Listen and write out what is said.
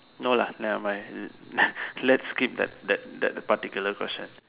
no lah nevermind let's skip that that that particular question